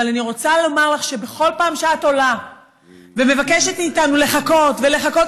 אבל אני רוצה לומר לך שבכל פעם שאת עולה ומבקשת מאיתנו לחכות ולחכות,